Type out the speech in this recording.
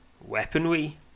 Weaponry